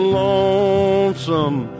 lonesome